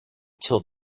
till